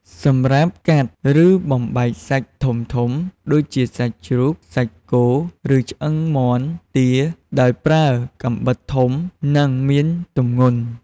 សម្រាប់កាត់ ឬបំបែកសាច់ធំៗ ដូចជាសាច់ជ្រូក សាច់គោ ឬឆ្អឹងមាន់ ទា ដោយប្រើកាំបិតធំ និងមានទម្ងន់។